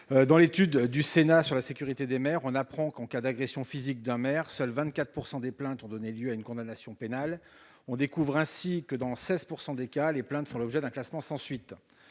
Gold. L'étude du Sénat sur la sécurité des maires nous apprend que, dans les cas d'agression physique de maires, seulement 24 % des plaintes ont donné lieu à une condamnation pénale. On découvre aussi que, dans 16 % des cas, les plaintes font l'objet d'un classement sans suite.